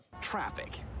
traffic